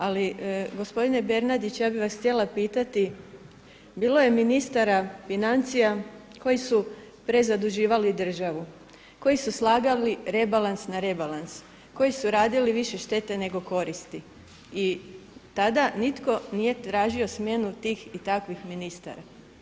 Ali gospodine Bernardić, ja bih vas htjela pitati, bilo je ministara financija koji su prezaduživali državu, koji su slagali rebalans na rebalans, koji su radili više štete nego koristi i tada nitko nije tražio smjenu tih i takvih ministara.